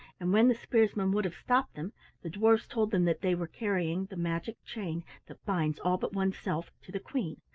and when the spearsmen would have stopped them the dwarfs told them that they were carrying the magic chain that binds all but one's self to the queen,